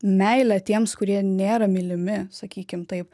meilę tiems kurie nėra mylimi sakykim taip